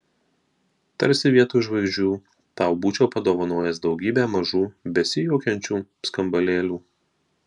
tarsi vietoj žvaigždžių tau būčiau padovanojęs daugybę mažų besijuokiančių skambalėlių